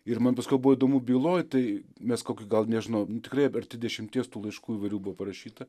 ir man paskui jau buvo įdomu byloj tai mes kokį gal nežinau tikrai arti dešimties tų laiškų įvairių buvo parašyta